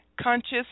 conscious